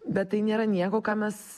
bet tai nėra nieko ką mes